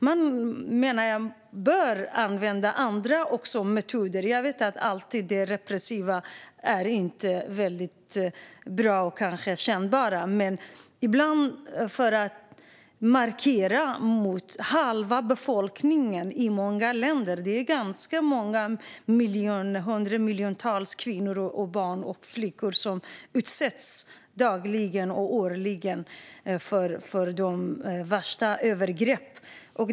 Jag menar att man också bör använda andra metoder. Jag vet att repressiva metoder inte alltid är bra eller kännbara, men ibland kan sådana metoder användas som en markering i fråga om halva befolkningen i många länder. Hundratals miljoner kvinnor, flickor och barn utsätts dagligen och årligen för de värsta av övergrepp.